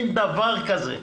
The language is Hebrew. אין דבר כזה.